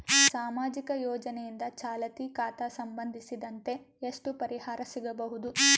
ಸಾಮಾಜಿಕ ಯೋಜನೆಯಿಂದ ಚಾಲತಿ ಖಾತಾ ಸಂಬಂಧಿಸಿದಂತೆ ಎಷ್ಟು ಪರಿಹಾರ ಸಿಗಬಹುದು?